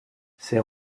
ces